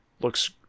looks